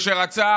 מי שרצה